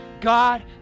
God